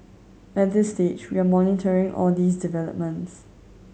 at this stage we are monitoring all these developments